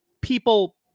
people